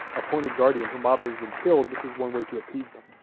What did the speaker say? appointed guardian, humbaba has been killed, this is one way to appease them.